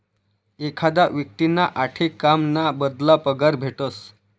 एखादा व्यक्तींना आठे काम ना बदला पगार भेटस